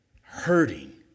hurting